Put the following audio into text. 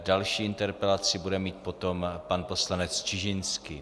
Další interpelaci bude mít potom pan poslanec Čižinský.